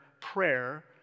prayer